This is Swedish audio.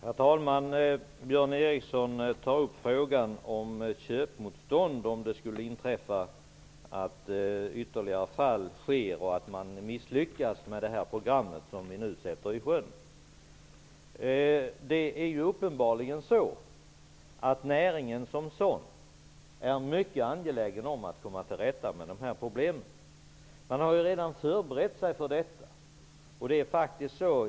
Herr talman! Björn Ericson tar upp frågan om köpmotstånd i händelse av ytterligare sjukdomsfall och ett misslyckande med det program som vi nu sätter i sjön. Uppenbarligen är näringen som sådan mycket angelägen om att komma till rätta med dessa problem. Man har redan förberett sig för detta.